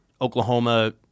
Oklahoma